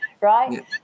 Right